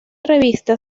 revista